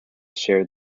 share